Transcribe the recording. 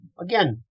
Again